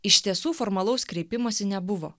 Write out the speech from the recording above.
iš tiesų formalaus kreipimosi nebuvo